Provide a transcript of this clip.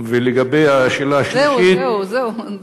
ולגבי השאלה השלישית, זהו, זהו, זהו.